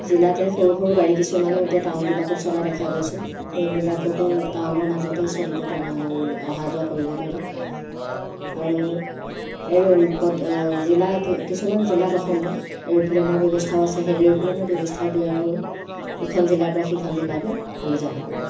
জিলাতে সৰু সৰু গাড়ী কিছুমানো এতিয়া টাউনবিলাকত চলা দেখা গৈছে সেইবিলাককো টাউনৰ মাজতে চলিব পৰা অহা যোৱা কৰিব পাৰি আৰু আৰু জিলা কিছুমান জিলাত অসমৰ এৰোপ্লেনৰ ব্যৱস্থাও আছে সেই এৰোপ্লেনৰ ব্যৱস্থা দিয়াৰো ইখন জিলাৰ পৰা সিখন জিলালৈ আমি যাব পাৰোঁ